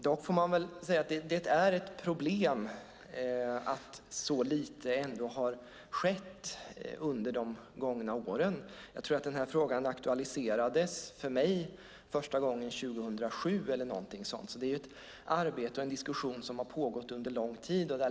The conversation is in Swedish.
Dock får man säga att det är ett problem att så lite ändå har skett under de gångna åren. Jag tror att frågan aktualiserades för mig första gången 2007 eller något sådant, så det är ett arbete och en diskussion som har pågått under lång tid.